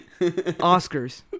Oscars